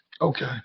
Okay